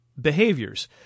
behaviors